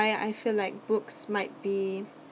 why I feel like books might be